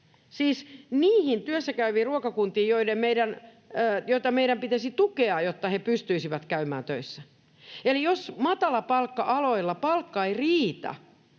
siis niihin työssäkäyviin ruokakuntiin, joita meidän pitäisi tukea, jotta he pystyisivät käymään töissä. Eli jos matalapalkka-aloilla palkka ei riitä,